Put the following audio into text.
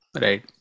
Right